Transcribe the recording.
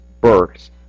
birth